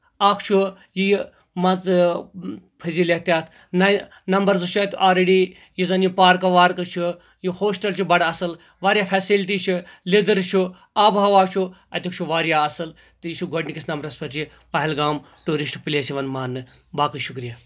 اکھ چھُ یہِ مان ژٕ فضلِیت تہِ اتھ نَمبر زٕ چھُ اَتہِ آلریڈر یُس زَن یہِ پارکہٕ ورکہٕ چھُ یہِ ہوسٹل چھِ بَڑٕ اَصٕل واریاہ فیسَلٹۍ چھِ لیٚدٕر چھِ آب و ہوا چھُ اَتیُک چھُ واریاہ اَصٕل تہٕ یہِ چھُ گۄڈٕنِکِس نَمبرَس پٮ۪ٹھ یہِ پہلگام ٹیوٗرِسٹ پٕلیس یِوان ماننہٕ باقٕے شُکرِیا